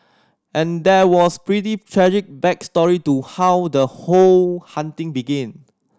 and there was pretty tragic back story to how the whole haunting began